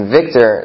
Victor